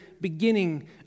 beginning